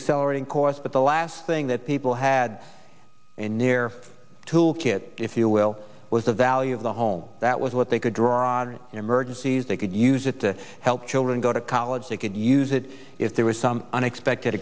accelerating course but the last thing that people had in near tool kit if you will was the value of the home that was what they could draw in emergencies they could use it to help children go to college they could use it if there was some unexpected